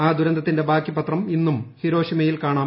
ആ ദുരന്തത്തിന്റെ ബാക്കിപത്രം ഇന്നും ഹിരോഷിമയിൽ കാണാം